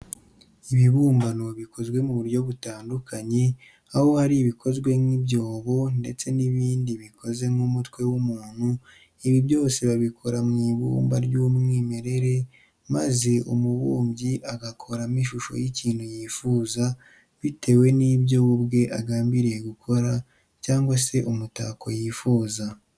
Ibibumbano bikozwe mu buryo butandukanye, aho hari ibikoze nk'ibyobo ndetse n'ibindi bikoze nk'umutwe w'umuntu, ibi byose babikora mu ibumba ry'umwemerere, maze umubumbyi agakoramo ishusho y'ikintu yifuza bitewe n'ibyo we ubwe agambiriye gukora cyangwa se umutako yifuza.